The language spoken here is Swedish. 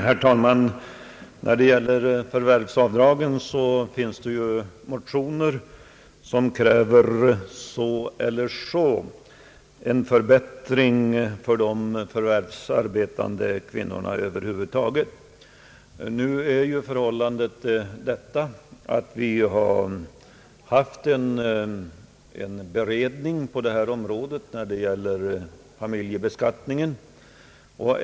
Herr talman! Vad gäller förvärvsavdraget har väckts motioner med olika krav på förbättringar för de förvärvsarbetande kvinnorna. Förhållandet är att en beredning arbetat på detta område, nämligen familjebeskattningen.